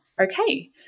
okay